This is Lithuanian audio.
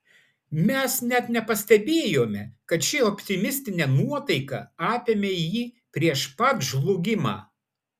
mes net nepastebėjome kad ši optimistinė nuotaika apėmė jį prieš pat žlugimą